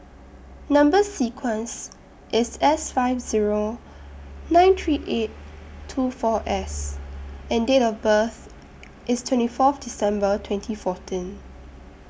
Number sequence IS S five Zero nine three eight two four S and Date of birth IS twenty forth December twenty fourteen